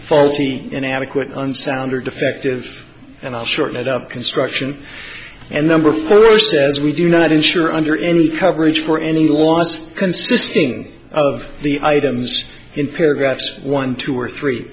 faulty inadequate unsound or defective and i'll shorten it up construction and number four says we do not insure under any coverage for any loss consisting of the items in paragraphs one two or three